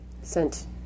sent